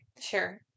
sure